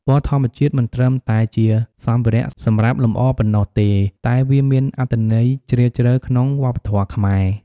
ពណ៌ធម្មជាតិមិនត្រឹមតែជាសម្ភារៈសម្រាប់លម្អប៉ុណ្ណោះទេ តែវាមានអត្ថន័យជ្រាលជ្រៅក្នុងវប្បធម៌ខ្មែរ។